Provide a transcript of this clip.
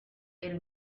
pero